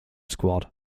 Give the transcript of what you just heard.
squad